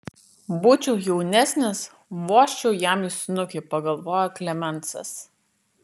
būčiau jaunesnis vožčiau jam į snukį pagalvojo klemensas